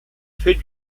fait